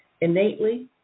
Innately